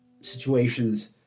situations